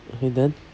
okay then